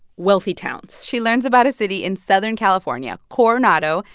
wealthy towns she learns about a city in southern california, coronado,